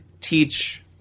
teach